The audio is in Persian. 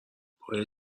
پای